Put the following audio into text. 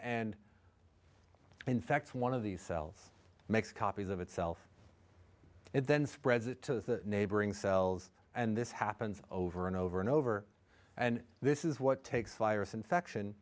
and infects one of these cells makes copies of itself then spreads it to neighboring cells and this happens over and over and over and this is what takes virus infection